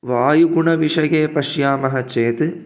वायुगुणविषये पश्यामः चेत्